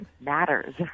matters